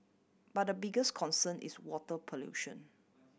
but the biggest concern is water pollution